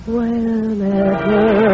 Whenever